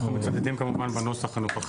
אנחנו מצודדים כמובן בנוסח הנוכחי.